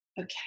okay